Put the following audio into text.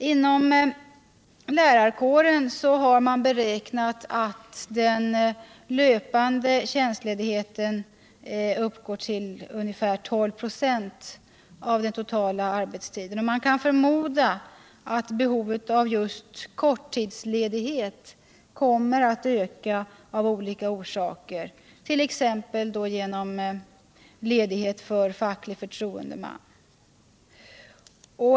Inom lärarkåren uppgår den löpande tjänstledigheten enligt beräkningar till ungefär 12 96 av den totala arbetstiden. Man kan förmoda att behovet av just korttidsledighet kommer att öka av olika orsaker, t.ex. genom ledighet för facklig förtroendeman.